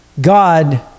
God